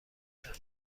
کرد